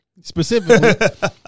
specifically